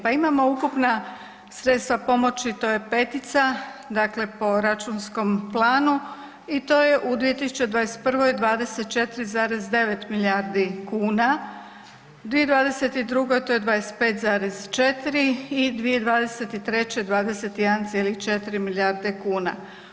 Pa imamo ukupna sredstva pomoći to je petica, dakle po računskom planu i to je u 2021. 24,9 milijardi kuna, u 2022. to je 25,4 i 2023. 21,4 milijarde kuna.